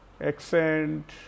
accent